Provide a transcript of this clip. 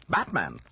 Batman